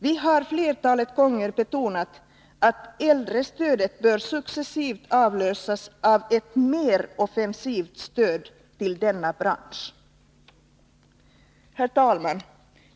Vi har flera gånger betonat att äldrestödet successivt bör avlösas av ett mer offensivt stöd till denna bransch. Herr talman!